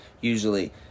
usually